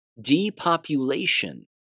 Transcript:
Depopulation